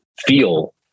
feel